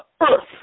earth